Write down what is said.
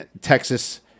Texas